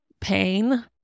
pain